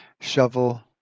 Shovel